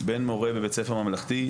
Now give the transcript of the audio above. בין מורה בבית ספר ממלכתי.